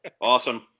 Awesome